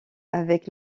avec